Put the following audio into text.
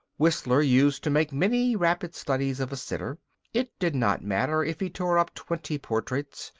whistler used to make many rapid studies of a sitter it did not matter if he tore up twenty portraits.